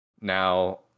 Now